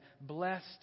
blessed